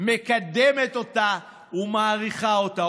מקדמת אותה ומעריכה אותה.